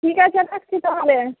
ঠিক আছে রাখছি তাহলে